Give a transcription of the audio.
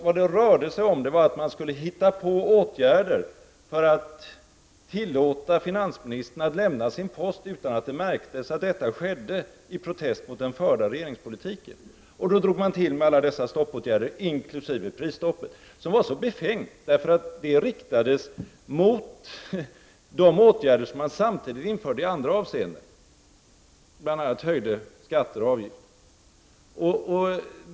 Vad det rörde sig om var att man skulle hitta på åtgärder för att tillåta finansministern att lämna sin post utan att det märktes att detta skedde i protest mot den förda regeringspolitiken. Då drog man till med alla dessa stoppåtgärder inkl. prisstoppet, som var så befängt, därför att det riktades mot de åtgärder som man samtidigt vidtog i andra avseenden, bl.a. höjda skatter och avgifter.